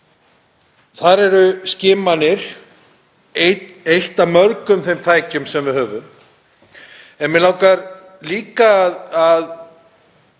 Þar eru skimanir eitt af mörgum þeim tækjum sem við höfum. Mig langar líka að